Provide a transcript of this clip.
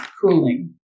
cooling